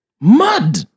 Mud